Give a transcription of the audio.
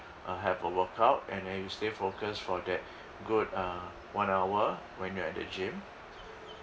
uh have a workout and then you stay focus for that good uh one hour when you're at the gym